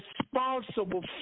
responsible